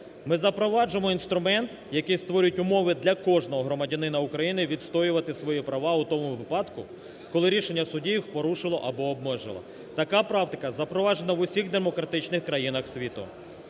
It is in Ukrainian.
Ми запроваджуємо інструмент, який створить умови для кожного громадянина України відстоювати свої права у тому випадку, коли рішення судів їх порушило або обмежило. Така практика запроваджена в усіх демократичних країнах світу.